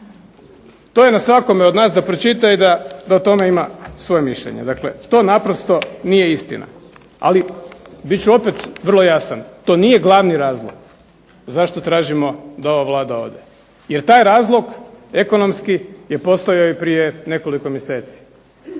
to je na svakome od nas da pročita i da o tome ima svoje mišljenje. Dakle, to naprosto nije istina. Ali bit ću opet vrlo jasan. To nije glavni razlog zašto tražimo da ova Vlada ode. Jer taj razlog ekonomski je postojao i prije nekoliko mjeseci.